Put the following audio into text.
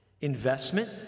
Investment